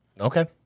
Okay